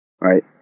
right